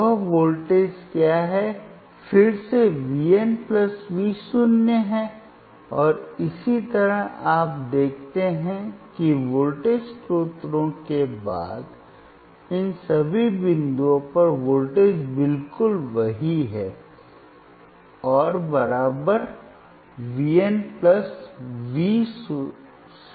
वह वोल्टेज क्या है फिर से V n V शून्य है और इसी तरह आप देखते हैं कि वोल्टेज स्रोत के बाद इन सभी बिंदुओं पर वोल्टेज बिल्कुल वही है और V n V शून्य है